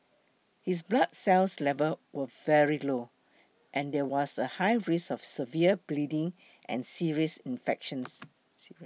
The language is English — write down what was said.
his blood cells levels were very low and there was a high risk of severe bleeding and serious infections